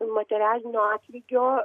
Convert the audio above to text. materialinio atlygio